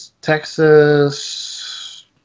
Texas